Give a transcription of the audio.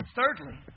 Thirdly